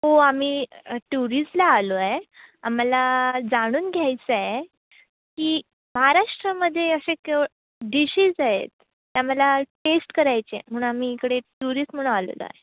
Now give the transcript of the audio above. हो आम्ही टुरिस्टला आलो आहे आम्हाला जाणून घ्यायचं आहे की महाराष्ट्रामध्ये असे केव डिशेस आहेत ते आम्हाला टेस्ट करायचे आहे म्हणून आम्ही इकडे टुरिस्ट म्हणून आलेलो आहे